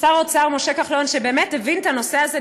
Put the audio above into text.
שר האוצר משה כחלון, שבאמת הבין את הנושא הזה.